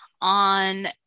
on